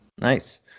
Nice